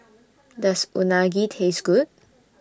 Does Unagi Taste Good